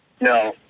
No